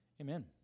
Amen